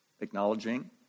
Acknowledging